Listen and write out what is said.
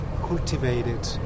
cultivated